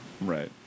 Right